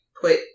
put